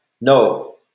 no